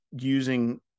using